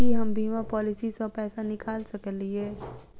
की हम बीमा पॉलिसी सऽ पैसा निकाल सकलिये?